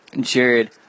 Jared